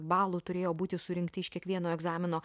balų turėjo būti surinkti iš kiekvieno egzamino